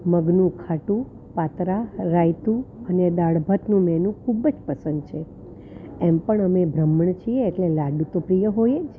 મગનું ખાટુ પાત્રા રાઈતું અને દાળ ભાતનું મેનૂ ખુબ જ પસંદ છે એમ પણ અમે બ્રાહ્મણ છીએ એટલે લાડુ તો પ્રિય હોયજ